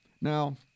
Now